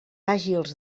àgils